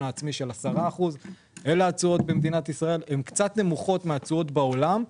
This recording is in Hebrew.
העצמי של 10%. התשואות האלו הן קצת נמוכות מהתשואות בעולם.